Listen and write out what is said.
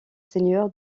seigneur